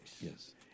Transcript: Yes